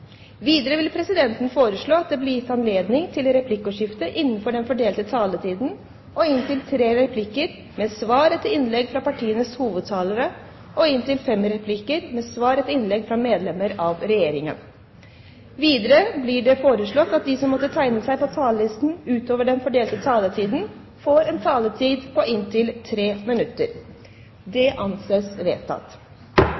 Videre vil presidenten foreslå at det blir gitt anledning til replikkordskifte på inntil tre replikker med svar etter innlegg fra partienes hovedtalere og inntil fem replikker med svar etter innlegg fra medlemmer av Regjeringen innenfor den fordelte taletiden. Videre blir det foreslått at de som måtte tegne seg på talerlisten utover den fordelte taletiden, får en taletid på inntil 3 minutter.